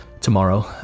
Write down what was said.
tomorrow